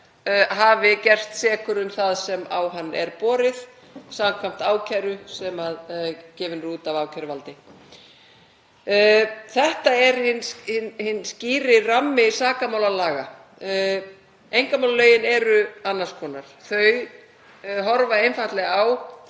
hafi gerst sekur um það sem á hann er borið samkvæmt ákæru sem gefin er út af ákæruvaldi. Þetta er hinn skýri rammi sakamálalaga. Einkamálalögin eru annars konar. Þar er einfaldlega